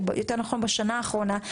יותר נכון בשנה האחרונה,